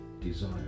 desire